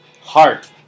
heart